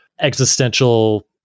existential